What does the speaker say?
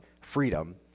freedom